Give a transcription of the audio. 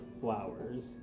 flowers